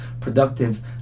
productive